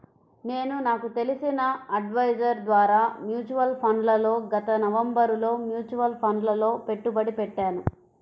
నేను నాకు తెలిసిన అడ్వైజర్ ద్వారా మ్యూచువల్ ఫండ్లలో గత నవంబరులో మ్యూచువల్ ఫండ్లలలో పెట్టుబడి పెట్టాను